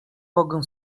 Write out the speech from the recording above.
mogę